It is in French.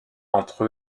entre